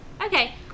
Okay